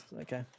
okay